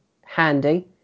handy